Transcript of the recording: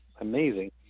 amazing